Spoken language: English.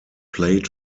played